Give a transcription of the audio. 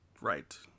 Right